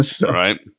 Right